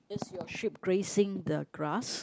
is your sheep grazing the grass